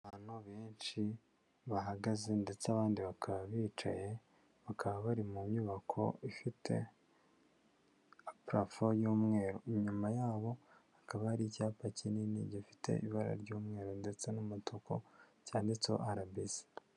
Abantu benshi bahagaze ndetse abandi bakaba bicaye, bakaba bari mu nyubako ifite parafo y'umweru, inyuma yabo hakaba hari icyapa kinini gifite ibara ry'umweru ndetse n'umutuku cyanditseho RBC.